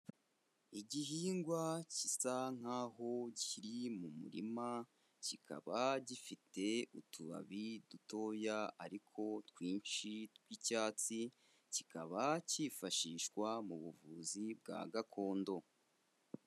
Igihingwa gisa nk'aho kiri mu murima, kikaba gifite utubabi dutoya ariko twinshi tw'icyatsi, kikaba cyifashishwa mu buvuzi bwa gakondo.